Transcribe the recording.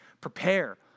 Prepare